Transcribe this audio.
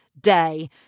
day